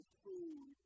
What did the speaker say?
food